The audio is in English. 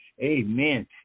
Amen